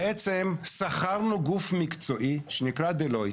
שכרנו גוף מקצועי שנקרא "דלויט"